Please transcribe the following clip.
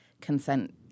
consent